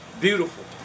beautiful